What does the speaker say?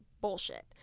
bullshit